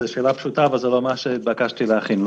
זו שאלה פשוטה אבל לא מה שנתבקשתי להכין,